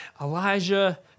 Elijah